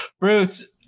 Bruce